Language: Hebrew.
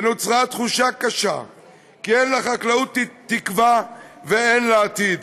ונוצרה תחושה קשה שאין לחקלאות תקווה ואין לה עתיד.